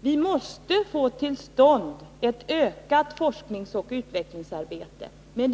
Vi måste få till stånd ett ökat forskningsoch utvecklingsarbete. Men